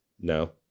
No